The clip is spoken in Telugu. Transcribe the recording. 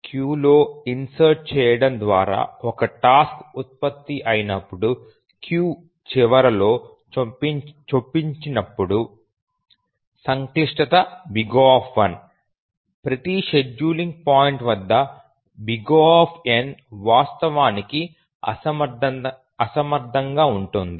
క్యూలో ఇన్సర్ట్ చేయడం ద్వారా ఒక టాస్క్ ఉత్పత్తి అయినప్పుడు క్యూ చివరలో చొప్పించబడినప్పుడు సంక్లిష్టత O ప్రతి షెడ్యూలింగ్ పాయింట్ వద్ద O వాస్తవానికి అసమర్థంగా ఉంటుంది